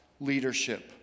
leadership